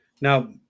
Now